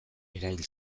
erail